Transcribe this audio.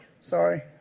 Sorry